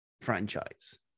franchise